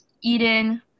Eden